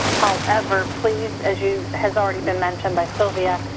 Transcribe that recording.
however, please as you has already been mentioned by sylvia,